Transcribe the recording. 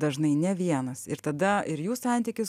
dažnai ne vienas ir tada ir jų santykis